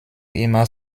immer